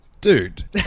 Dude